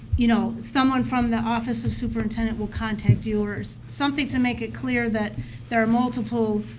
you know, someone from the office of superintendent will contact you, or something to make it clear that there are multiple